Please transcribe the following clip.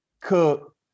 Cook